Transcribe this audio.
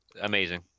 amazing